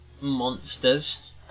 monsters